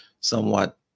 somewhat